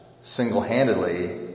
single-handedly